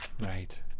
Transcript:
right